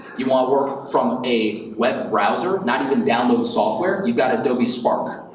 you wanna work from a web browser, not even download software, you've got adobe spark.